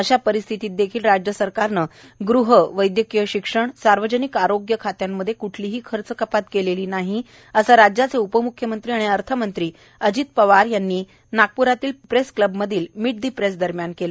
अशा परिस्थितीत देखील राज्य सरकारने ग़ह वैद्यकीय शिक्षण सार्वजनिक आरोग्य खात्यांमध्ये कुठलीही खर्च कपात केलेली नाही असे राज्याचे उपम्ख्यमंत्री आणि अर्थमंत्री अजित पवार यांनी येथे नागपूरातील प्रेस क्लबमधील मीट द प्रेस दरम्यान केल